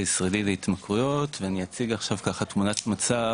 הישראלי להתמכרויות ואני אציג עכשיו ככה תמונת מצב,